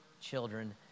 children